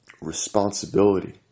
responsibility